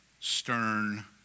stern